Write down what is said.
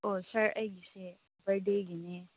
ꯑꯣ ꯁꯥꯔ ꯑꯩꯒꯤꯁꯦ ꯕꯥꯔꯗꯦꯒꯤꯅꯦ